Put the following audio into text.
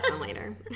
later